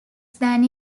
than